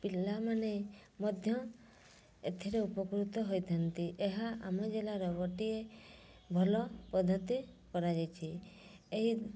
ପିଲାମାନେ ମଧ୍ୟ ଏଥିରେ ଉପକୃତ ହୋଇଥାନ୍ତି ଏହା ଆମ ଜିଲ୍ଲାର ଗୋଟିଏ ଭଲ ପଦ୍ଧତି କରାଯାଇଛି ଏହି